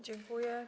Dziękuję.